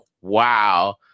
wow